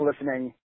listening